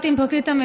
את צודקת.